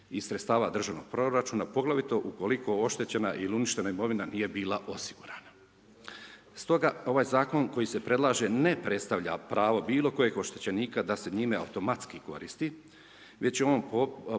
iz sredstava državnih proračuna, poglavito, ukoliko oštećena ili uništena imovina nije bila osigurana. Stoga, ovaj zakon koji se predlaže, ne predstavlja pravo bilo kojeg oštećenika, da se njima automatski koristi, već je on propis